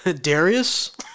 Darius